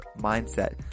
mindset